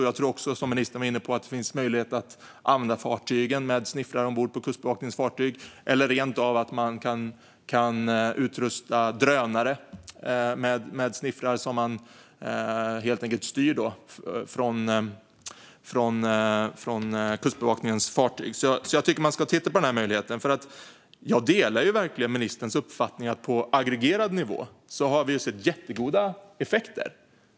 Jag tror också, som ministern var inne på, att det finns möjlighet att använda fartygen och ha sniffrar ombord på Kustbevakningens fartyg eller att rent av utrusta drönare med sniffrar som styrs från Kustbevakningens fartyg. Jag tycker att man ska titta på den här möjligheten. Jag delar verkligen ministerns uppfattningar. På aggregerad nivå har vi ju sett jättegoda effekter.